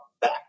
back